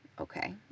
okay